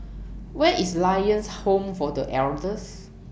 Where IS Lions Home For The Elders